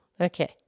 Okay